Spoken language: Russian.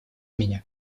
меня